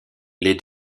les